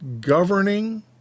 governing